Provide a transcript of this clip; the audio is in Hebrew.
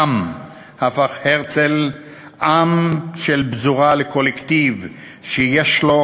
שם הפך הרצל עם של פזורה לקולקטיב שיש לו